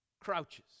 Crouches